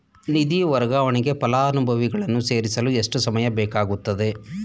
ನಿಧಿ ವರ್ಗಾವಣೆಗೆ ಫಲಾನುಭವಿಗಳನ್ನು ಸೇರಿಸಲು ಎಷ್ಟು ಸಮಯ ಬೇಕಾಗುತ್ತದೆ?